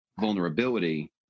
vulnerability